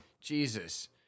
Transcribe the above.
Jesus